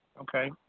okay